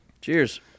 Cheers